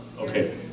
Okay